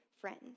friend